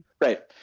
Right